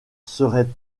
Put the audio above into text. seraient